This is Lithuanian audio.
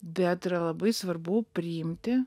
bet yra labai svarbu priimti